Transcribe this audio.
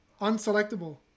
Unselectable